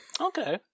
Okay